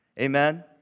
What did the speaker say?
Amen